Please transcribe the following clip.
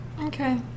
Okay